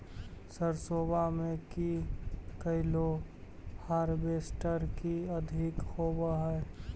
सरसोबा मे की कैलो हारबेसटर की अधिक होब है?